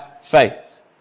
faith